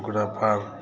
ओकरा पार